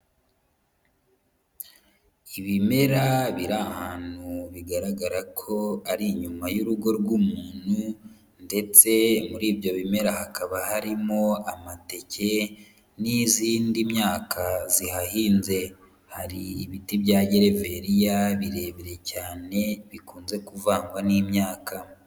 Ibimera biri ahantu bigaragara ko ari inyuma y'urugo rw'umuntu ndetse muri ibyo bimera hakaba harimo amateke n'izindi myaka zihahinze, hari ibiti bya gereveriya birebire cyane bikunze kuvangwa n'imyaka.